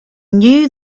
knew